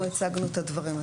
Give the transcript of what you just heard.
אנחנו הצגנו את הדברים.